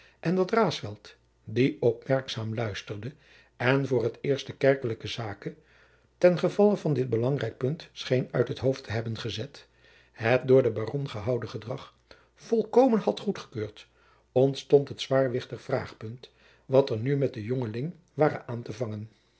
en dat raesfelt die opmerkzaam luisterde en voor t eerst de kerkelijke zaken ten gevalle van dit belangrijk punt scheen uit het hoofd te hebben gezet het door den baron gehouden gedrag volkomen had goedgekeurd ontstond het zwaarwichtig vraagpunt wat er nu met den jongeling ware aan te vangen